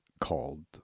called